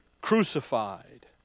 crucified